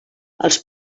els